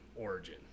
Origin